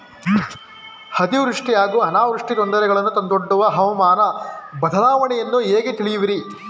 ಅತಿವೃಷ್ಟಿ ಹಾಗೂ ಅನಾವೃಷ್ಟಿ ತೊಂದರೆಗಳನ್ನು ತಂದೊಡ್ಡುವ ಹವಾಮಾನ ಬದಲಾವಣೆಯನ್ನು ಹೇಗೆ ತಿಳಿಯುವಿರಿ?